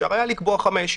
אפשר היה לקבוע חמש,